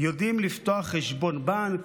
יודעים לפתוח חשבון בנק,